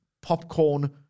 popcorn